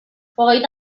hogeita